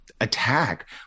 attack